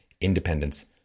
independence